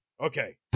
Okay